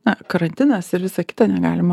na karantinas ir visa kita negalima